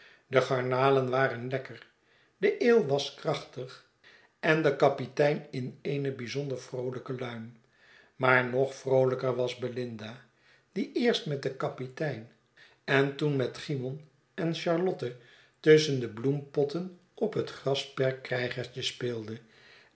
de garnalen waren lekker de ale was krachtig en de kapitein in eene bijzonder vroolijke luim maar nog vroolijker was belinda die eerst met den kapitein en toen met cymon en charlotte tusschen de bloempotten op het grasperk krijgertje speelde